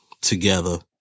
together